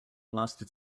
lasted